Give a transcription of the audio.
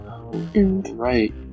Right